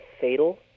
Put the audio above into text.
fatal